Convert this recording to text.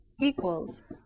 equals